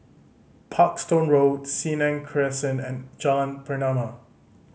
Parkstone Road Senang Crescent and Jalan Pernama